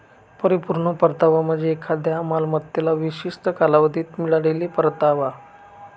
परिपूर्ण परतावा म्हणजे एखाद्या मालमत्तेला विशिष्ट कालावधीत मिळालेला परतावा